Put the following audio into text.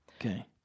okay